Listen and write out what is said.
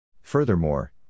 Furthermore